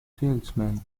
salesman